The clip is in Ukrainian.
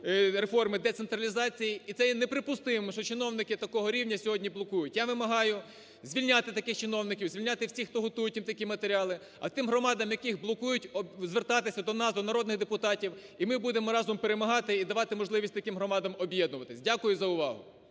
децентралізації, і це є неприпустимо, що чиновники такого рівня сьогодні блокують. Я вимагаю звільняти таких чиновників, звільняти всіх, хто готує їм такі матеріали. А тим громадам, яких блокують звертатися до нас, до народних депутатів, і ми будемо разом перемагати і давати можливість таким громадам об'єднуватись. Дякую за увагу.